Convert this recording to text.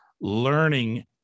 learning